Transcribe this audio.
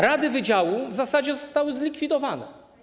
Rady wydziałów w zasadzie zostały zlikwidowane.